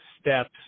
steps